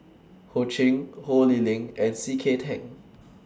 Ho Ching Ho Lee Ling and C K Tang